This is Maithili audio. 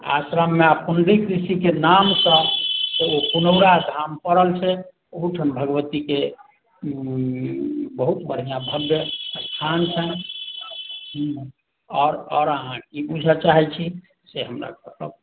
आश्रममे पुण्डरीक ऋषिके नामसँ ओ पुनौराधाम पड़ल छै ओहुठाम भगवतीके बहुत बढ़िआँ भव्य स्थान छनि आओर आओर अहाँ की बूझऽ चाहैत छी से हमरा बताउ